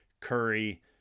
Curry